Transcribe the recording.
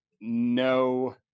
no –